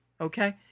Okay